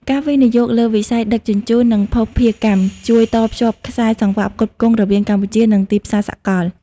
ការវិនិយោគលើវិស័យដឹកជញ្ជូន និងភស្តុភារកម្ម ជួយតភ្ជាប់ខ្សែសង្វាក់ផ្គត់ផ្គង់រវាងកម្ពុជា និងទីផ្សារសកល។